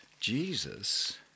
Jesus